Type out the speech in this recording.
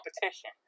competition